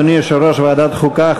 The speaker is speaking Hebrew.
אדוני יושב-ראש ועדת חוקה,